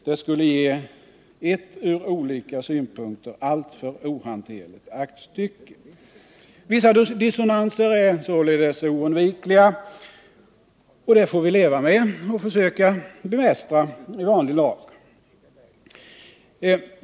Det skulle ge ett ur olika synpunkter alltför ohanterligt aktstycke. Vissa dissonanser är således oundvikliga, och det får vi leva med och försöka bemästra i vanlig lag.